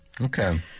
Okay